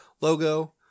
logo